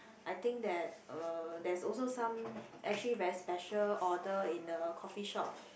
I think that uh there's also some actually very special order in the coffeeshop